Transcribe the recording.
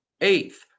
Eighth